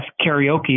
karaoke